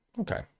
Okay